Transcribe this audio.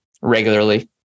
regularly